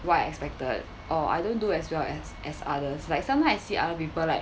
what I expected or I don't do as well as as others like sometime I see other people like